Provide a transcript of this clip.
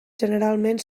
generalment